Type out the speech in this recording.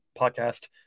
podcast